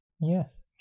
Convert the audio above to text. Yes